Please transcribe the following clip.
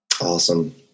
Awesome